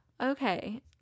Okay